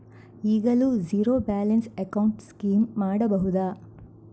ಈಗಲೂ zero balance account scheme ಮಾಡಬಹುದಾ?